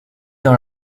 dans